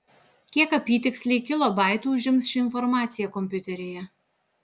kiek apytiksliai kilobaitų užims ši informacija kompiuteryje